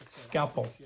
scalpel